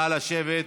נא לשבת.